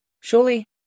surely